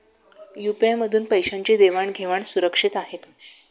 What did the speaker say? UPI मधून पैशांची देवाण घेवाण सुरक्षित आहे का?